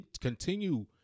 continue